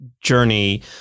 journey